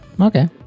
okay